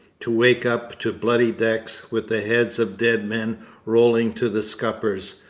to wake up to bloody decks, with the heads of dead men rolling to the scuppers,